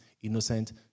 innocent